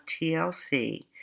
TLC